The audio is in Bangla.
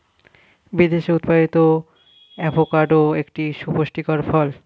বিদেশে উৎপাদিত অ্যাভোকাডো একটি সুপুষ্টিকর ফল